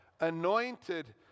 anointed